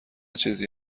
چیزی